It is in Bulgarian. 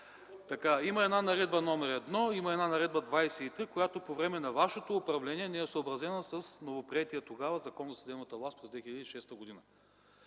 Има една Наредба № 1, има една Наредба № 23, която по време на вашето управление не е съобразена с новоприетия тогава Закон за съдебната власт. През 2006 г.